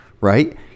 right